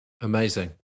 amazing